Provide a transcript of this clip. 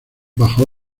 bajo